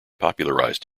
popularised